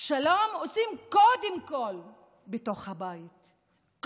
שלום עושים קודם כול בתוך הבית,